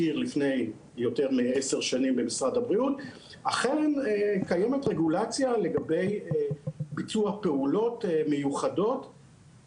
אתם אוהבים להישאר באיזושהי בעיה ואף פעם לא לנסות באמת לפתור אותה,